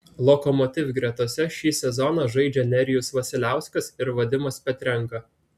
lokomotiv gretose šį sezoną žaidžia nerijus vasiliauskas ir vadimas petrenka